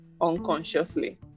unconsciously